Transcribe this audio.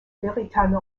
véritable